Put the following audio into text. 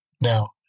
now